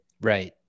Right